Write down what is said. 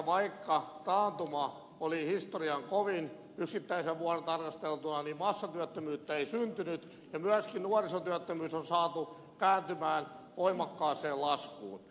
vaikka taantuma oli historian kovin yksittäisenä vuonna tarkasteltuna niin massatyöttömyyttä ei syntynyt ja myöskin nuorisotyöttömyys on saatu kääntymään voimakkaaseen laskuun